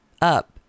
up